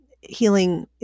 healing